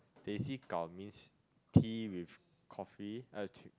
teh C kaw means tea with coffee uh